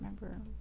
remember